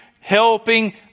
helping